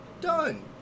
Done